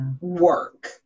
work